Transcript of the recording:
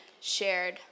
shared